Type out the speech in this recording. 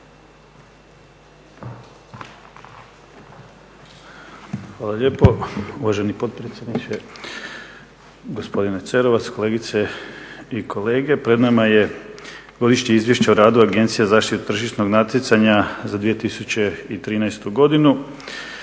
Hvala lijepo uvaženi potpredsjedniče, gospodine Cerovac, kolegice i kolege. Pred nama je Godišnje izvješće o radu Agencije za zaštitu tržišnog natjecanja za 2013. godinu